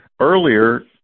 earlier